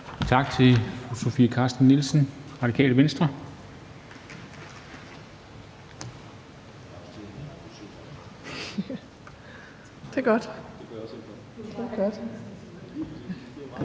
Tak til fru Sofie Carsten Nielsen, Radikale Venstre. Så er det